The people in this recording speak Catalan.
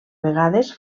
vegades